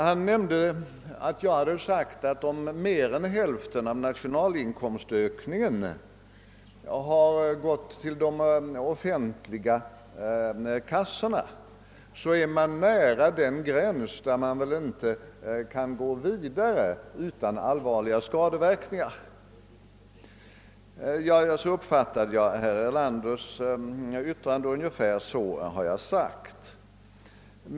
Han nämnde att jag hade sagt att man, om mer än hälften av nationalinkomstökningen går till de offentliga kassorna, är nära den gräns som man inte kan överskrida utan att allvarliga skadeverkningar uppstår. Så uppfattade jag herr Erlanders yttrande och ungefär så har jag uttryckt mig.